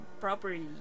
properly